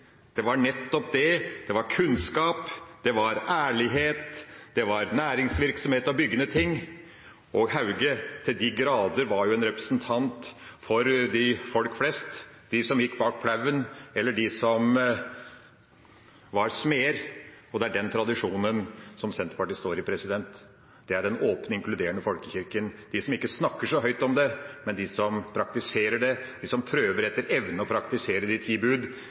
det var kunnskap, det var ærlighet, det var næringsvirksomhet og byggende ting. Hauge var jo til de grader en representant for folk flest, de som gikk bak plogen, eller de som var smeder, og det er den tradisjonen som Senterpartiet står i. Det er den åpne, inkluderende folkekirken, de som ikke snakker så høyt om det, men som praktiserer det, de som prøver etter evne å praktisere de ti bud.